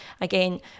again